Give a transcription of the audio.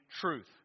truth